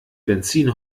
benzin